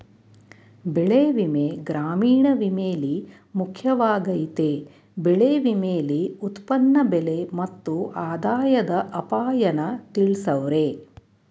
ಬೆಳೆವಿಮೆ ಗ್ರಾಮೀಣ ವಿಮೆಲಿ ಮುಖ್ಯವಾಗಯ್ತೆ ಬೆಳೆ ವಿಮೆಲಿ ಉತ್ಪನ್ನ ಬೆಲೆ ಮತ್ತು ಆದಾಯದ ಅಪಾಯನ ತಿಳ್ಸವ್ರೆ